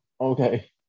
Okay